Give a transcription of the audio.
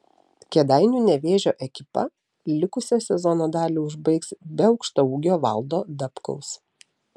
kėdainių nevėžio ekipa likusią sezono dalį užbaigs be aukštaūgio valdo dabkaus